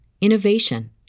innovation